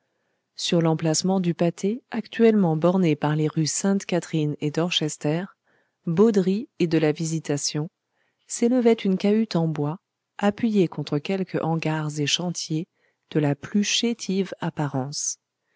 sur l'emplacement du pâté actuellement borné par les rues sainte-catherine et dorchester beaudry et de la visitation s'élevait une cahute en bois appuyée contre quelques hangars et chantiers de la plus chétive apparence